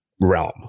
realm